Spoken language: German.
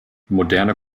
moderne